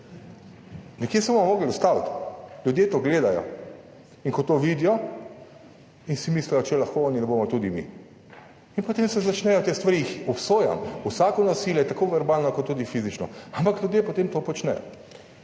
Nekje se bomo mogli ustaviti, ljudje to gledajo in ko to vidijo in si mislijo, če lahko oni, bomo tudi mi. In potem se začnejo te stvari, jih obsojam, vsako nasilje, tako verbalno kot tudi fizično, ampak ljudje potem to počnejo,